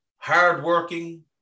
Hard-working